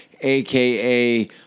aka